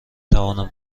توانم